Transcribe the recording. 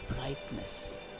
brightness